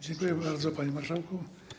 Dziękuję bardzo, panie marszałku.